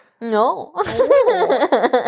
No